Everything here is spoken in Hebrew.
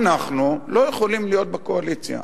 אנחנו לא יכולים להיות בקואליציה.